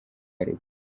w’urugo